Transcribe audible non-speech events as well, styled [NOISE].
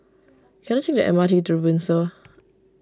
can I take the M R T to the Windsor [NOISE]